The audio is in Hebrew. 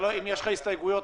אם יש לך הסתייגויות,